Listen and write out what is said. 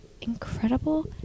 incredible